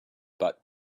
but